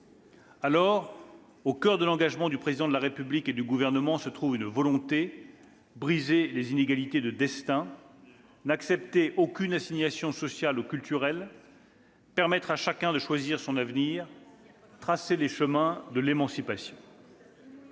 Aussi, au coeur de l'engagement du Président de la République et du Gouvernement se trouve la volonté de briser les inégalités de destins, de n'accepter aucune assignation sociale ou culturelle, de permettre à chacun de choisir son avenir et de tracer les chemins de l'émancipation.